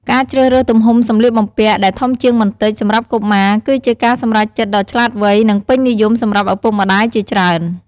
ការជ្រើសរើសទំហំសម្លៀកបំពាក់ដែល ធំជាងបន្តិច សម្រាប់កុមារ គឺជាការសម្រេចចិត្តដ៏ឆ្លាតវៃ និងពេញនិយមសម្រាប់ឪពុកម្តាយជាច្រើន។